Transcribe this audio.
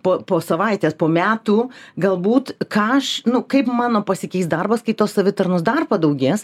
po po savaitės po metų galbūt ką aš nu kaip mano pasikeis darbas kai to savitarnos dar padaugės